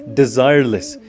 desireless